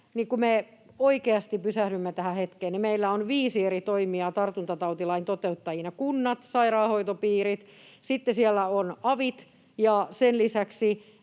Kun me oikeasti pysähdymme tähän hetkeen, niin meillä on viisi eri toimijaa tartuntatautilain toteuttajina: kunnat, sairaanhoitopiirit, sitten siellä on avit ja sen lisäksi